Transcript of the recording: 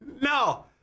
No